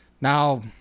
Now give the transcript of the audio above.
Now